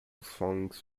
songs